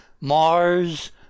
mars